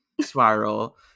spiral